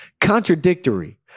Contradictory